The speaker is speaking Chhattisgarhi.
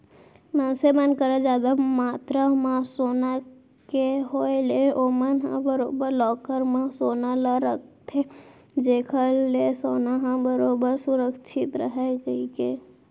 मनसे मन करा जादा मातरा म सोना के होय ले ओमन ह बरोबर लॉकर म सोना ल रखथे जेखर ले सोना ह बरोबर सुरक्छित रहय कहिके